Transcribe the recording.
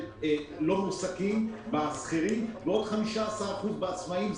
אנשים לא מועסקים שכירים, ועוד 15 אחוזים עצמאים.